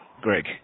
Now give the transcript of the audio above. Greg